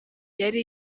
yari